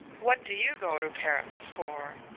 what do you go to paris for?